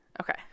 Okay